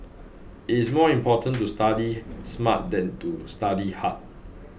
it is more important to study smart than to study hard